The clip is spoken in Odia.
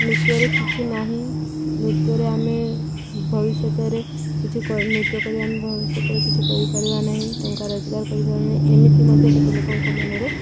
ନୃତ୍ୟରେ କିଛି ନାହିଁ ନୃତ୍ୟରେ ଆମେ ଭବିଷ୍ୟତରେ କିଛି ନୃତ୍ୟ କରି ଆମେ ଭବିଷ୍ୟତରେ କିଛି କରିପାରିବା ନାହିଁ ଟଙ୍କା ରୋଜଗାର କରିପାର ନାହିଁ ଏମିତି ମଧ୍ୟ କେତେ ଲୋକଙ୍କ ମନରେ